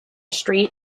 street